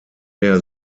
der